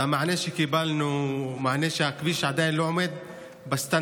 והמענה שקיבלנו הוא שהכביש עדיין לא עומד בסטנדרטים